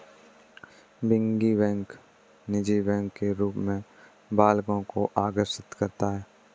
piggy bank निजी bank के रूप में बालकों को आकर्षित करता है